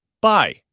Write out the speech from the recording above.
Bye